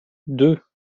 deux